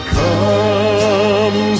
come